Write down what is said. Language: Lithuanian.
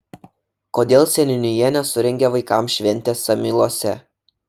kodėl seniūnija nesurengė vaikams šventės samyluose